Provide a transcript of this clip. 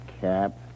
cap